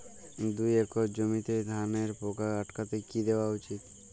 দুই একর জমিতে ধানের পোকা আটকাতে কি দেওয়া উচিৎ?